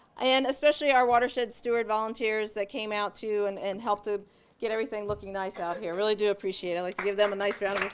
and especially our watershed student volunteers that came out too and and helped to get everything looking nice out here. really do appreciate it. i like to give them a nice round like